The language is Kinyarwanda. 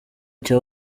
cya